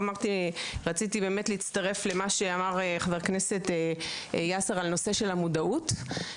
רציתי באמת להצטרף למה שאמר חבר הכנסת יאסר על הנושא של המודעות.